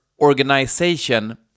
organization